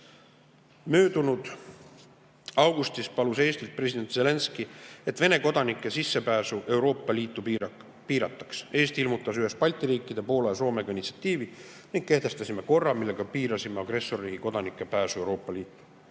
Möödunud augustis palus president Zelenskõi Eestilt, et Vene kodanike sissepääsu Euroopa Liitu piirataks. Eesti ilmutas ühes Balti riikide, Poola ja Soomega initsiatiivi ning kehtestasime korra, millega piirasime agressorriigi kodanike pääsu Euroopa Liitu.